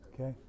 Okay